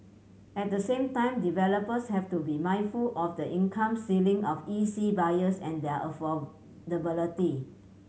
at the same time developers have to be mindful of the income ceiling of E C buyers and their affordability